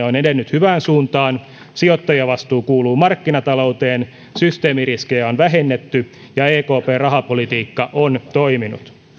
on edennyt hyvään suuntaan sijoittajavastuu kuuluu markkinatalouteen systeemiriskejä on vähennetty ja ekpn rahapolitiikka on toiminut